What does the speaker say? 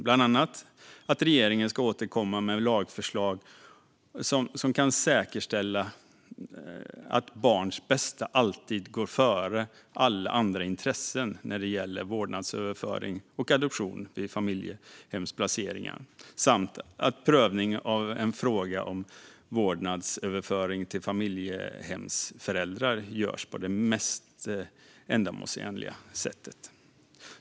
Bland annat har de gällt att regeringen ska återkomma med lagförslag som kan säkerställa att barns bästa alltid går före alla andra intressen när det gäller vårdnadsöverflyttning och adoption vid familjehemsplaceringar. Vidare ska prövningen av en fråga om vårdnadsöverflyttning till familjehemsföräldrar göras på det mest ändamålsenliga sättet.